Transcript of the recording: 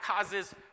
causes